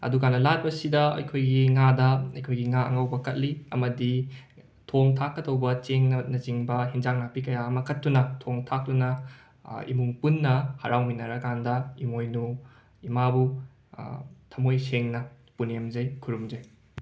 ꯑꯗꯨꯀꯥꯟꯗ ꯂꯥꯠꯄꯁꯤꯗ ꯑꯩꯈꯣꯏꯒꯤ ꯉꯥꯗ ꯑꯩꯈꯣꯏꯒꯤ ꯉꯥ ꯑꯉꯧꯕ ꯀꯠꯂꯤ ꯑꯃꯗꯤ ꯊꯣꯡ ꯊꯥꯛꯀꯗꯧꯕ ꯆꯦꯡꯅ ꯆꯤꯡꯕ ꯍꯦꯟꯖꯥꯡ ꯅꯥꯄꯤ ꯀꯌꯥ ꯑꯃ ꯀꯠꯇꯨꯅ ꯊꯣꯡ ꯊꯥꯛꯇꯨꯅ ꯏꯃꯨꯡ ꯄꯨꯟꯅ ꯍꯔꯥꯎꯃꯤꯟꯅꯔꯀꯥꯟꯗ ꯏꯃꯣꯏꯅꯨ ꯏꯃꯥꯕꯨ ꯊꯝꯃꯣꯏ ꯁꯦꯡꯅ ꯄꯨꯅꯦꯝꯖꯩ ꯈꯨꯔꯨꯝꯖꯩ